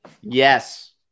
yes